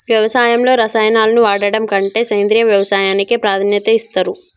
వ్యవసాయంలో రసాయనాలను వాడడం కంటే సేంద్రియ వ్యవసాయానికే ప్రాధాన్యత ఇస్తరు